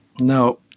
no